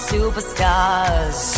Superstars